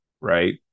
right